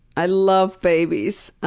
i love babies.